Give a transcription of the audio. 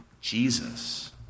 Jesus